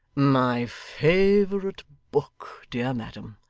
my favourite book, dear madam.